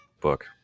book